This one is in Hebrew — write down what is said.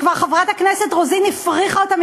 שכבר חברת הכנסת רוזין הפריכה אותן,